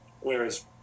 whereas